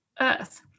earth